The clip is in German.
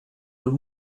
und